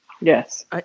Yes